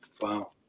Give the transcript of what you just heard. Wow